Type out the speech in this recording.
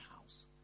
house